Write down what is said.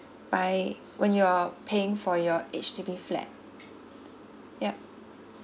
buy when you're paying for your H_D_B flat yup